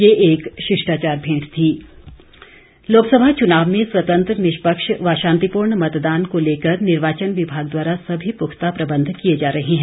ये एक शिष्टाचार भेंट थी चुनाव प्रबंध लोकसभा चुनाव में स्वतंत्र निष्पक्ष व शांतिपूर्ण मतदान को लेकर निर्वाचन विभाग द्वारा सभी पुख्ता प्रबंध किए जा रहे हैं